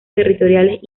territoriales